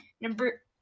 Number